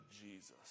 Jesus